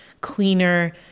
cleaner